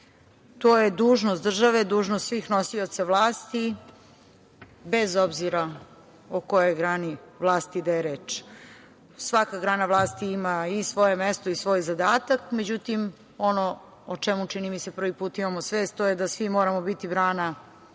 To je dužnost države, dužnost svih nosioca vlasti, bez obzira o kojoj grani vlasti da je reč. Svaka grana vlasti ima i svoje mesto i svoj zadatak, međutim ono o čemu, čini mi se, prvi put imamo svest, to je da svi moramo biti brana upravo